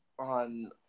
on